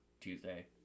Tuesday